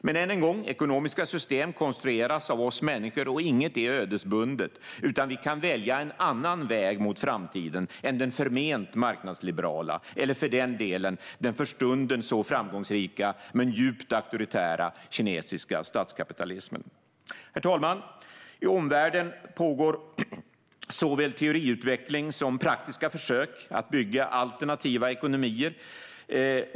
Men, än en gång, ekonomiska system konstrueras av oss människor och inget är ödesbundet, utan vi kan välja en annan väg mot framtiden än den förment marknadsliberala eller, för den delen, den för stunden så framgångsrika men djupt auktoritära kinesiska statskapitalismen. Herr talman! I omvärlden pågår såväl teoriutveckling som praktiska försök att bygga alternativa ekonomier.